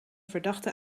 verdachte